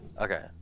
okay